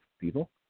people